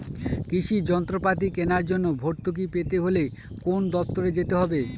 কৃষি যন্ত্রপাতি কেনার জন্য ভর্তুকি পেতে হলে কোন দপ্তরে যেতে হবে?